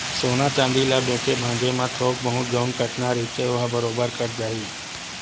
सोना चांदी ल बेंचे भांजे म थोक बहुत जउन कटना रहिथे ओहा बरोबर कट जाही